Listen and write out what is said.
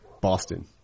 Boston